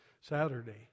Saturday